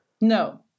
No